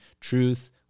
truth